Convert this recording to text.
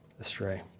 astray